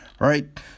Right